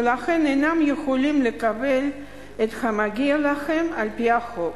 ולכן אינם יכולים לקבל את המגיע להם על-פי חוק.